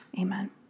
amen